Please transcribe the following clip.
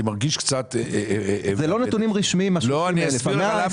אני מרגיש קצת -- אלה לא נתונים רשמיים --- אני אסביר לך למה,